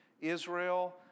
Israel